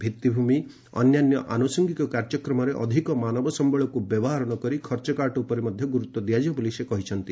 ଭିଭିଭୂମି ଅନ୍ୟାନ୍ୟ ଆନୁସଙ୍ଗିକ କାର୍ଯ୍ୟକ୍ରମରେ ଅଧିକ ମାନବ ସମ୍ଭଳକୁ ବ୍ୟବହାର ନ କରି ଖର୍ଚ୍ଚ କାଟ ଉପରେ ମଧ୍ୟ ଗୁରୁତ୍ୱ ଦିଆଯିବ ବୋଲି ସେ କହିଛନ୍ତି